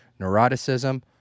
Neuroticism